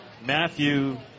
Matthew